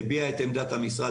היא הביעה את עמדת המשרד